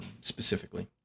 specifically